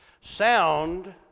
Sound